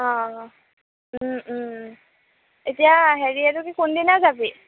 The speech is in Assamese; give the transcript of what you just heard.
অঁ এতিয়া হেৰি এইটো কি কোনদিনা যাবি